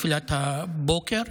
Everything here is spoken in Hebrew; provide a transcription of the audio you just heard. בתפילת הבוקר.